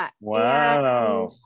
Wow